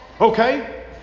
Okay